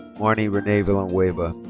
marnie renee villanueva.